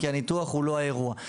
הניתוח הוא לא האירוע.